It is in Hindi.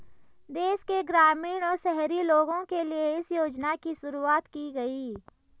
देश के ग्रामीण और शहरी लोगो के लिए इस योजना की शुरूवात की गयी